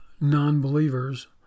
non-believers